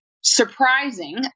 surprising